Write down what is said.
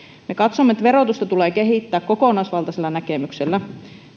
me katsomme että verotusta tulee kehittää kokonaisvaltaisella näkemyksellä